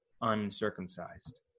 uncircumcised